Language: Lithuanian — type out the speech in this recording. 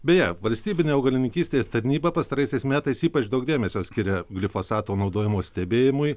beje valstybinė augalininkystės tarnyba pastaraisiais metais ypač daug dėmesio skiria glifosato naudojimo stebėjimui